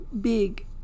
big